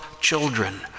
children